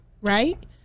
right